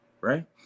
right